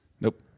Nope